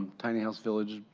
um tiny house villages.